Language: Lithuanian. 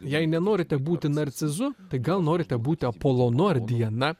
jei nenorite būti narcizu tai gal norite būti apolonu ar diana